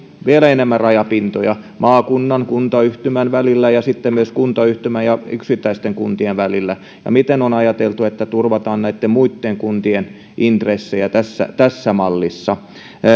vielä enemmän rajapintoja maakunnan ja kuntayhtymän välillä ja sitten myös kuntayhtymän ja yksittäisten kuntien välillä ja miten on ajateltu että turvataan näitten muitten kuntien intressejä tässä tässä mallissa